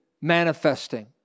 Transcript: manifesting